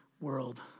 world